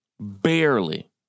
Barely